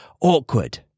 awkward